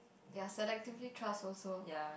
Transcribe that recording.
ya selectively trust also